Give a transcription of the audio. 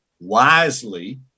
wisely